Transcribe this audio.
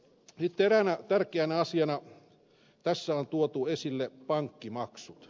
sitten eräänä tärkeänä asiana tässä on tuotu esille pankkimaksut